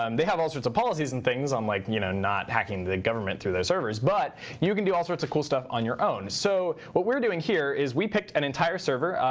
um they have all sorts of policies and things on like you know not hacking the government through their servers. but you can do all sorts of cool stuff on your own. so what we're doing here is we picked an entire server.